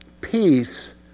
Peace